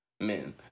men